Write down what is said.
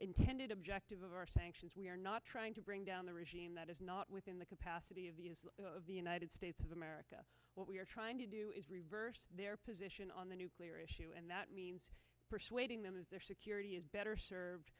intended objective of our sanctions we are not trying to bring down the regime that is not within the capacity of the united states of america what we are trying to do is reverse their position on the nuclear issue and that means persuading them of their security is better served